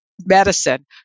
medicine